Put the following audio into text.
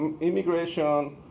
immigration